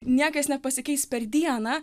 niekas nepasikeis per dieną